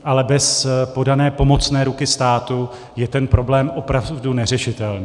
Ale bez podané pomocné ruky státu je ten problém opravdu neřešitelný.